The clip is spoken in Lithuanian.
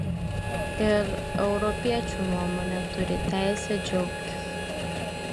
ir europiečių nuomone turi teisę džiaugtis